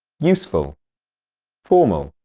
useful formal